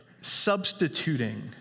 substituting